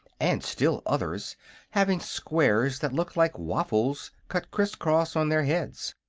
and still others having squares that looked like waffles cut criss-cross on their heads.